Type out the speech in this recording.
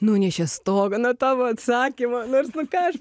nunešė stogą nuo tavo atsakymo nors nu ką aš